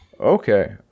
Okay